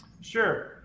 Sure